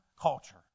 culture